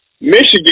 Michigan